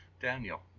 Daniel